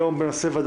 אם לא, מי בעד?